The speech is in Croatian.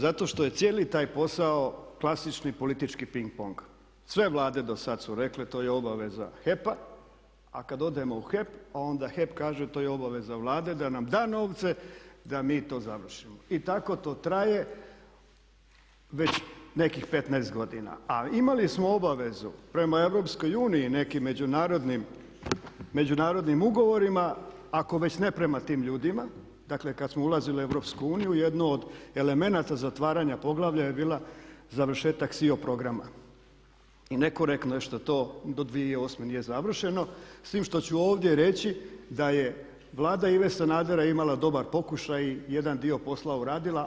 Zato što je cijeli taj posao klasični politički ping-pong, sve Vlade do sad su rekle, to je obaveza HEP-a a kad odemo u HEP onda HEP kaže to je obaveza Vlade da nam da novce, da mi to završimo i tako to traje već nekih 15 godina a imali smo obavezu prema EU, nekim međunarodnih ugovorima ako već ne prema tim ljudima, dakle kad smo ulazili u EU, jedno od elemenata zatvaranja poglavalja je bila završetak SEE-o programa i nekorektno je što to do 2008. nije završeno s tim što ću ovdje reći da je Vlada Ive Sanadera imala dobar pokušaj i jedan dio posla uradila.